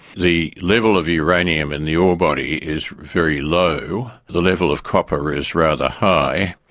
the level of uranium in the ore body is very low, the level of copper is rather high,